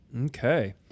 Okay